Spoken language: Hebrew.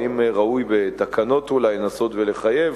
האם ראוי בתקנות אולי לנסות ולחייב.